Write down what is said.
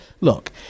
look